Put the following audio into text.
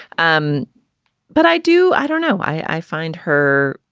um but i do i don't know. i find her.